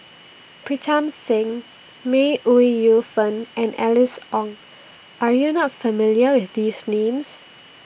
Pritam Singh May Ooi Yu Fen and Alice Ong Are YOU not familiar with These Names